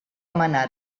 manar